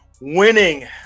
winning